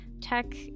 tech